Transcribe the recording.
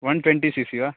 one twenty C C वा